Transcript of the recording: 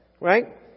right